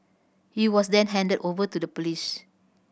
he was then handed over to the police